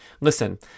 Listen